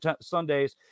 Sundays